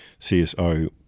CSO